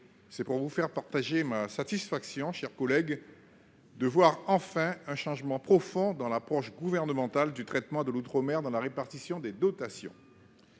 c'est pour vous faire partager ma satisfaction, mes chers collègues, de voir enfin un changement profond dans l'approche gouvernementale du traitement de l'outre-mer dans la répartition des dotations.